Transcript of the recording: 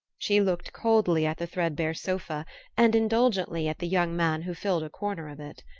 she looked coldly at the threadbare sofa and indulgently at the young man who filled a corner of it.